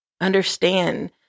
understand